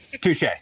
Touche